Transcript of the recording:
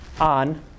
on